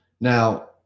Now